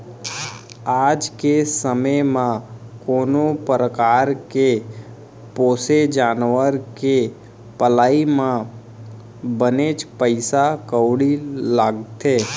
आज के समे म कोनो परकार के पोसे जानवर के पलई म बनेच पइसा कउड़ी लागथे